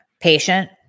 patient